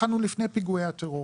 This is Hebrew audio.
התחלנו לפני פיגועי הטרור,